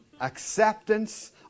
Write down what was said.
acceptance